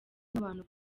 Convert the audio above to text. nk’abantu